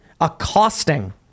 accosting